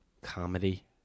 comedy